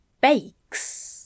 bakes